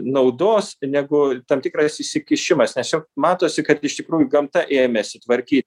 naudos negu tam tikras įsikišimas nes juk matosi kad iš tikrųjų gamta ėmėsi tvarkyti